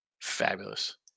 fabulous